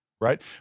right